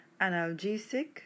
analgesic